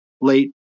late